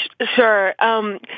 sure